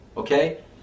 Okay